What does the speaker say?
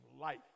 life